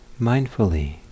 mindfully